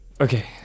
okay